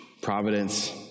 Providence